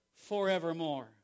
forevermore